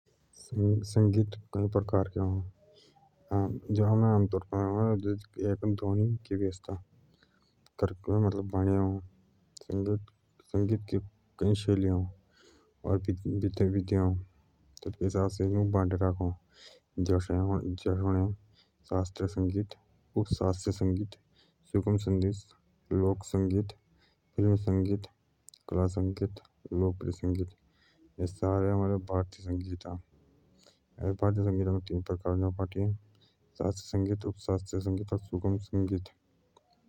संगीत कही प्रकार के अ जो हमें आम तौर र एच ध्वनि अ संगीत के बहुती शैली अ जो थेथोके हिसाब से एठोक बाटे रखो जैसे शास्त्रीय संगीत उप शास्त्रीय संगीत लोक संगीत ये सारे हमारे भारतीय संगीत अ।